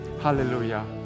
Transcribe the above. hallelujah